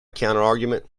counterargument